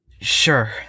Sure